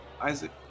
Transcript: Isaac